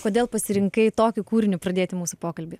kodėl pasirinkai tokį kūrinį pradėti mūsų pokalbį